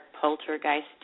Poltergeist